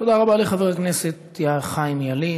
תודה רבה לחבר הכנסת חיים ילין.